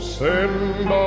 send